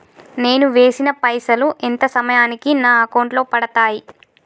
నేను వేసిన పైసలు ఎంత సమయానికి నా అకౌంట్ లో పడతాయి?